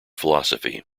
philosophy